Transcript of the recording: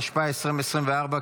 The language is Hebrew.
התשפ"ה 2024,